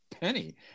penny